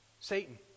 Satan